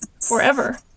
forever